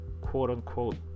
quote-unquote